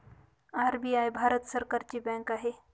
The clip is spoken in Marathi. आर.बी.आय भारत सरकारची बँक आहे